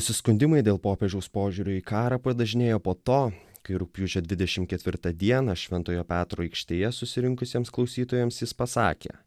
nusiskundimai dėl popiežiaus požiūrio į karą padažnėjo po to kai rugpjūčio dvidešim ketvirtą dieną šventojo petro aikštėje susirinkusiems klausytojams jis pasakė